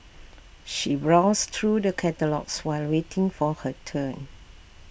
she browsed through the catalogues while waiting for her turn